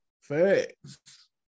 Facts